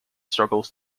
struggles